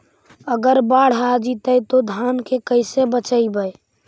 अगर बाढ़ आ जितै तो धान के कैसे बचइबै?